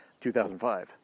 2005